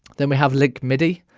then we have link midi.